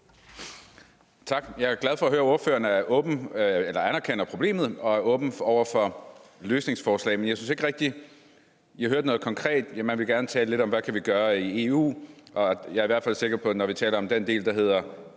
(V): Jeg er glad for at høre, at ordføreren anerkender problemet og er åben over for løsningsforslag, men jeg synes ikke rigtig, jeg hørte noget konkret. Man vil gerne tale lidt om, hvad vi kan gøre i EU, ja, men jeg er i hvert fald sikker på, at når vi taler om den del, der hedder